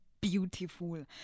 beautiful